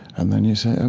and then you say, and